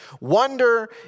Wonder